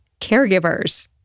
caregivers